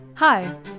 Hi